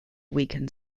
weakened